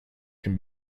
can